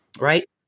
Right